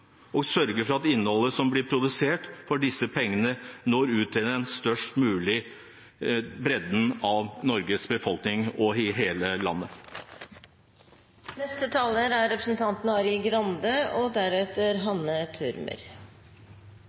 og sørge for at innholdet som blir produsert for disse pengene, når ut til en størst mulig bredde av Norges befolkning – og i hele landet. Dette er